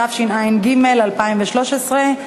התשע"ג 2013,